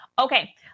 Okay